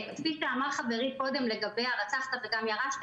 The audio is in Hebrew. כפי שאמר חברי קודם לגבי "הרצחת וגם ירשת",